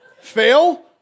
Fail